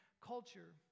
culture